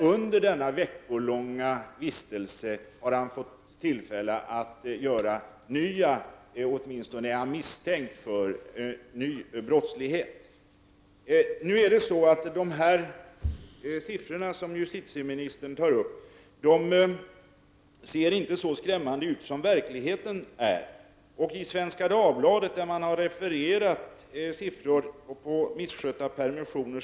Under denna veckolånga vistelse misstänks han för att ha ägnat sig åt ny brottslighet. De siffror som justitieministern tar upp ser inte så skrämmande ut som verkligheten är. Svenska Dagbladet har refererat siffror rörande misskötta permissioner.